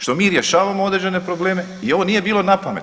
Što mi rješavamo određene probleme i ovo nije bilo napamet.